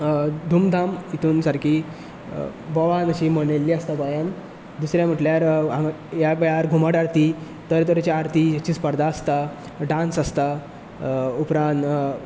धुमधाम इतून सारकी बोवान अशी मनयल्ली आसता गोंयान दुसरें म्हटल्यार ह्या वेळार घुमट आरती तरेतरेच्या आरती हेच्यो स्पर्धा आसता डांस आसता उपरांत